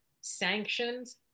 sanctions